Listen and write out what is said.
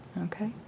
Okay